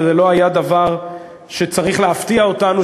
וזה לא היה דבר שצריך להפתיע אותנו,